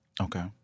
okay